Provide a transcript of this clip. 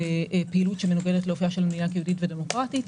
פעילות שמנוגדת לאופיה של מדינה יהודית ודמוקרטית.